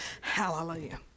Hallelujah